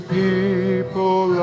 people